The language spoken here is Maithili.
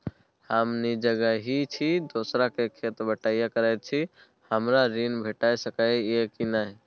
हम निजगही छी, दोसर के खेत बटईया करैत छी, हमरा ऋण भेट सकै ये कि नय?